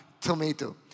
tomato